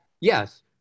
yes